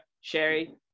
sherry